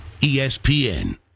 ESPN